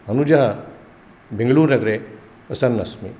अनुजः बेङ्गलूरुनगरे वसन् अस्मि